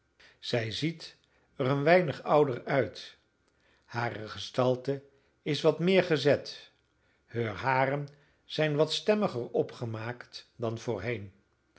zij ziet er een weinigje ouder uit hare gestalte is wat meer gezet heur haren zijn wat stemmiger opgemaakt dan voorheen